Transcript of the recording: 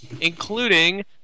including